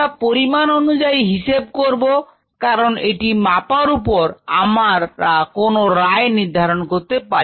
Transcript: আমরা পরিমাণ অনুযায়ী হিসেব করব কারণ এটি মাপার উপর আমরা কোন রায় নির্ধারণ করতে পারি